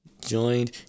joined